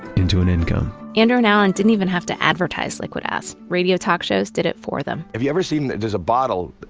into an income andrew and alan didn't even have to advertise liquid ass. radio talk shows did it for them. if you ever seen, there's a bottle,